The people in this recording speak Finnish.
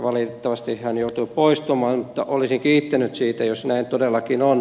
valitettavasti hän joutui poistumaan mutta olisin kiittänyt siitä jos näin todellakin on